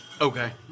Okay